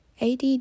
ADD